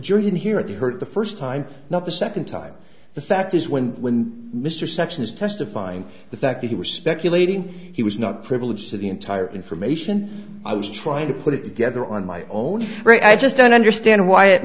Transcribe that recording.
jury in here if you heard the first time not the second time the fact is when when mr section is testifying the fact that he was speculating he was not privileged to the entire information i was trying to put it together on my own right i just don't understand why it